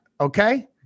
okay